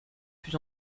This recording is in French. plus